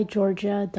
Georgia